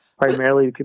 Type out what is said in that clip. primarily